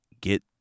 get